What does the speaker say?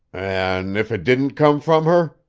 an' if it didn't come from her?